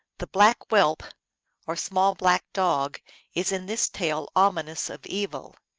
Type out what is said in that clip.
the black whelp or small black dog is in this tale ominous of evil.